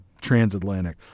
Transatlantic